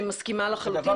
אני מסכימה לחלוטין,